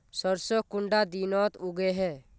सरसों कुंडा दिनोत उगैहे?